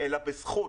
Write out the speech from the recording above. אלא בזכות,